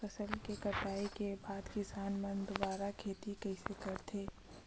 फसल के कटाई के बाद किसान मन दुबारा खेती कइसे करथे?